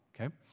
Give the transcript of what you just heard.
okay